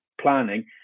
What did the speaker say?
planning